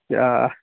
آ